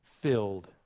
filled